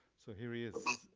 so here he is,